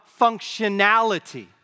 functionality